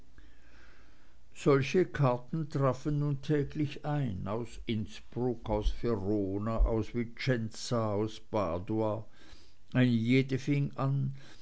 solche karten trafen nun täglich ein aus innsbruck aus verona aus vicenza aus padua eine jede fing an